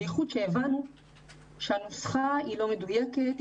בייחוד כשהבנו שהנוסחה לא מדויקת,